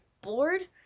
bored